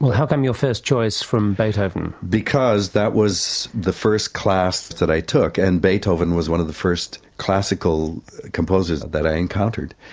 how come your first choice is from beethoven? because that was the first class that i took, and beethoven was one of the first classical composers that that i encountered.